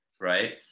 Right